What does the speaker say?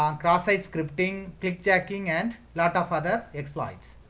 um cross-site scripting, clickjacking. and lot of other exploits,